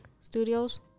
studios